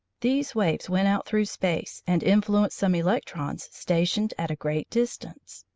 these waves went out through space and influenced some electrons stationed at a great distance.